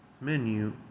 menu